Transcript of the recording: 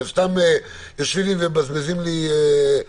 והם סתם יושבים לי ומבזבזים לי מקום,